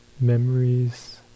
memories